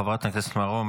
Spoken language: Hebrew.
חברת הכנסת מרום,